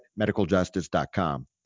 medicaljustice.com